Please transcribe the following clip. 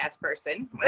person